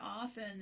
often